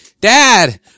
dad